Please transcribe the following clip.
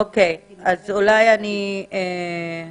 אני רק